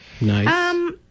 Nice